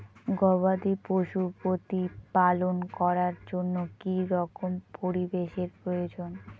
গবাদী পশু প্রতিপালন করার জন্য কি রকম পরিবেশের প্রয়োজন?